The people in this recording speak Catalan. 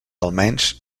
almenys